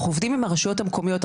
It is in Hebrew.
אנחנו עובדים עם הרשויות המקומיות,